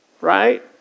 right